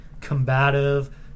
combative